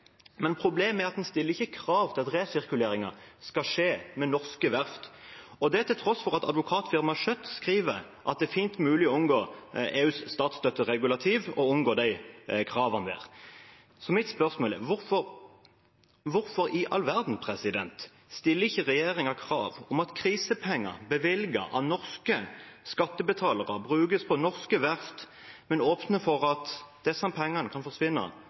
men problemet er at den ikke stiller krav til at resirkuleringen skal skje ved norske verft, og det til tross for at advokatfirmaet Schjødt skriver at det er fint mulig å omgå EUs statsstøtteregulativ og kravene der. Mitt spørsmål er: Hvorfor i all verden stiller ikke regjeringen krav om at krisepenger bevilget av norske skattebetalere skal brukes på norske verft, men åpner for at disse pengene kan forsvinne